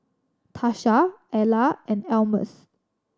Tasha Ella and Almus